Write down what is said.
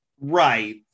Right